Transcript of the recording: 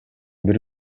бир